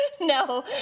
No